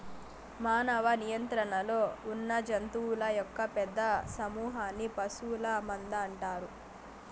మానవ నియంత్రణలో ఉన్నజంతువుల యొక్క పెద్ద సమూహన్ని పశువుల మంద అంటారు